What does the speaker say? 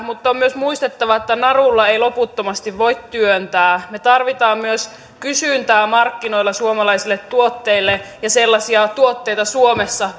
mutta on on myös muistettava että narulla ei loputtomasti voi työntää me tarvitsemme myös kysyntää markkinoilla suomalaisille tuotteille ja sellaisia tuotteita suomessa